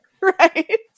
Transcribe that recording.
Right